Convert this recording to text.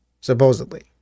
Supposedly